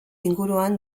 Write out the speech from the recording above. inguruan